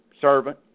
servant